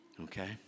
Okay